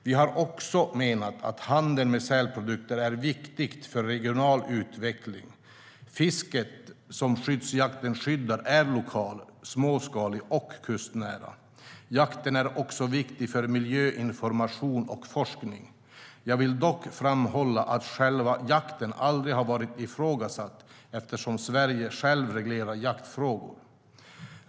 Vi har också menat att handeln med sälprodukter är viktig för regional utveckling. Fisket som skyddsjakten skyddar är lokal, småskalig och kustnära. Jakten är också viktig för miljöinformation och forskning. Jag vill dock framhålla att själva jakten aldrig har varit ifrågasatt, eftersom Sverige självt reglerar jaktfrågor.